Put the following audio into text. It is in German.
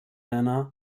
hannah